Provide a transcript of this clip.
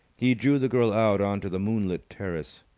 he drew the girl out on to the moonlit terrace.